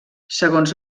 segons